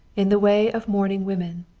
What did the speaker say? in the way of mourning women,